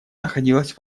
находилась